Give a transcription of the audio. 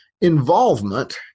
involvement